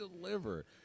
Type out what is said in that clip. deliver